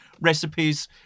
recipes